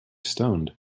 stoned